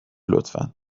لطفا